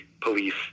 police